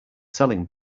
selling